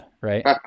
right